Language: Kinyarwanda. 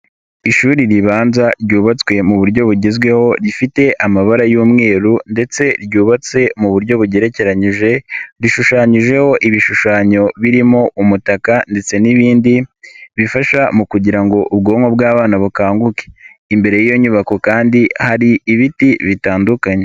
Ishuri ribanza ryubatswe mu buryo bugezweho rifite amabara y'umweru ndetse ryubatse mu buryo bugerekeranyije, rishushanyijeho ibishushanyo birimo umutaka ndetse n'ibindi bifasha mu kugira ngo ubwonko bw'abana bukanguke, imbere y'iyo nyubako kandi hari ibiti bitandukanye.